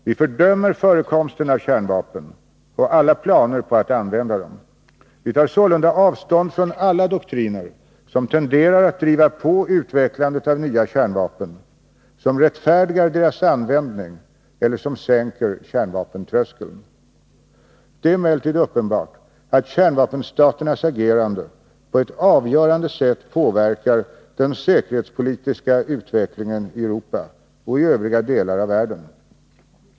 Vi fördömer förekomsten av kärnvapen och alla planer på att använda dem. Vi tar sålunda avstånd från alla doktriner som tenderar att driva på utvecklandet av nya kärnvapen, som rättfärdigar deras användning eller som sänker kärnvapentröskeln. Det är emellertid uppenbart att kärnvapenstaternas agerande på ett avgörande sätt påverkar den säkerhetspolitiska utvecklingen i Europa och i övriga delar av världen.